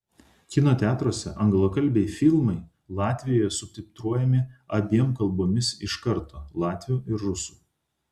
kino teatruose anglakalbiai filmai latvijoje subtitruojami abiem kalbomis iš karto latvių ir rusų